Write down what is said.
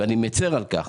אני מצר על כך.